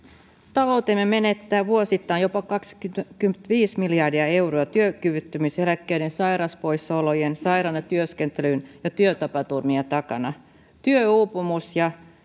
taloutemme menettää vuosittain jopa kaksikymmentäviisi miljardia euroa työkyvyttömyyseläkkeiden sairauspoissaolojen sairaana työskentelyn ja työtapaturmien takia työuupumus ja